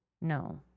no